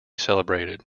celebrated